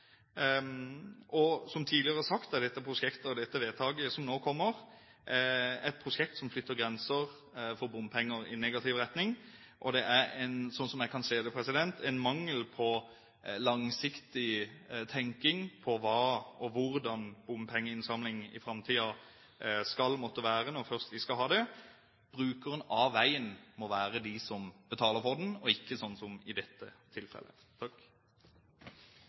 Og som tidligere sagt, er dette prosjektet – og dette vedtaket som nå kommer – et prosjekt som flytter grenser for bompenger i negativ retning. Og slik jeg ser det, er det en mangel på langsiktig tenkning på hva, og hvordan, bompengeinnsamling i framtiden skal være, når vi først skal ha det. Det må være brukerne av veien som betaler for den – og ikke slik som i dette tilfellet.